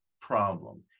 problem